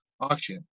auction